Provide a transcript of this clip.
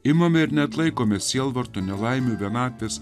imame ir neatlaikome sielvarto nelaimių vienatvės